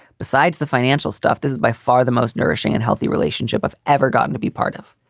besides the financial stuff, this is by far the most nourishing and healthy relationship i've ever gotten to be part of.